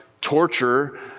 torture